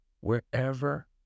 wherever